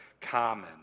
common